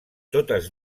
totes